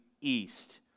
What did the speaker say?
east